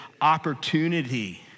opportunity